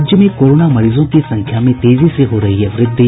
राज्य में कोरोना मरीजों की संख्या में तेजी से हो रही है वृद्धि